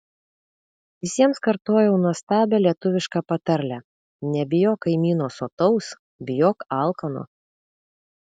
visiems kartojau nuostabią lietuvišką patarlę nebijok kaimyno sotaus bijok alkano